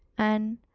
and,